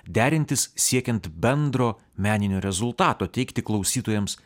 derintis siekiant bendro meninio rezultato teikti klausytojams